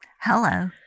Hello